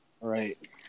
Right